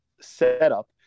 setup